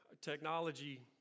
Technology